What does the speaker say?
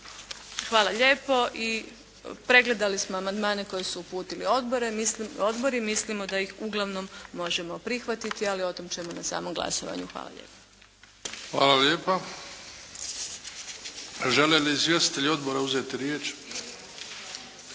Hvala lijepo i pregledali smo amandmane koje su uputili odbori, mislimo da ih uglavnom možemo prihvatiti ali o tome ćemo na samom glasovanju. Hvala lijepo. **Bebić, Luka (HDZ)** Hvala lijepa. Žele li izvjestitelji odbora uzeti riječ?